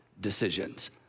decisions